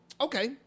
Okay